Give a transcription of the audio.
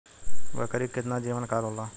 बकरी के केतना जीवन काल होला?